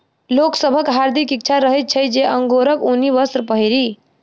लोक सभक हार्दिक इच्छा रहैत छै जे अंगोराक ऊनी वस्त्र पहिरी